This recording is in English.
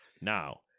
Now